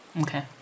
Okay